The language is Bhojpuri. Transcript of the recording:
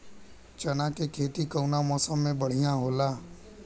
चना के खेती कउना मौसम मे बढ़ियां होला?